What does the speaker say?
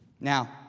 Now